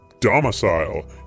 domicile